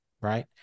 right